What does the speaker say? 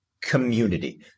community